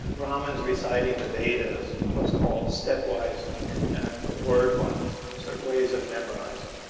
brahmins reciting the vedas. one was called stepwise and and wordwise. certain ways of memorizing.